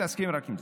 מתעסקים רק עם זה.